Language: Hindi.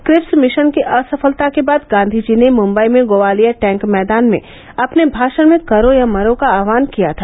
क्रिप्स मिशन की असफलता के बाद गांधी जी ने मुंबई में गोवालिया टैंक मैदान में अपने भाषण में करो या मरो का आहवान किया था